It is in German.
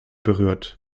berührt